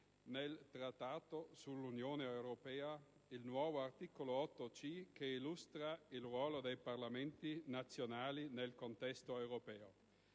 nel Trattato sull'Unione europea un nuovo articolo 8C, che illustra il ruolo dei Parlamenti nazionali nel contesto europeo.